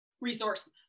resource